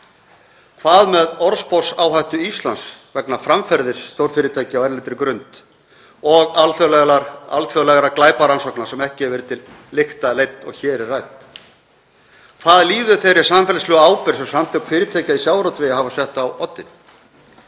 Hvað með orðsporsáhættu Íslands vegna framferðis stórfyrirtækja á erlendri grund og alþjóðlegrar glæparannsóknar sem ekki hefur verið til lykta leidd og hér er rædd? Hvað líður þeirri samfélagslegu ábyrgð sem Samtök fyrirtækja í sjávarútvegi hafa sett á oddinn?